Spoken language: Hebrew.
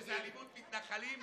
שזו אלימות מתנחלים,